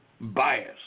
bias